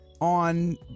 on